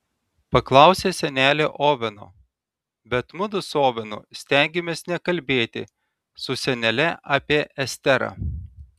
paklausė senelė oveno bet mudu su ovenu stengėmės nekalbėti su senele apie esterą